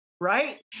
Right